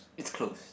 it's closed